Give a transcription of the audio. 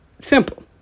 simple